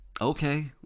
Okay